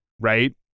right